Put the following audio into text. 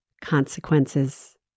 Consequences